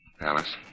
Alice